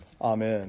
Amen